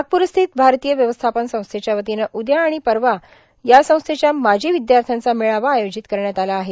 नागपूरस्थित भारतीय व्यवस्थापन संस्थेच्या वतीनं उद्या आणि परवा या संस्थेच्या माजी विद्यार्थ्यांचा मेळावा आयोजित करण्यात आला आहे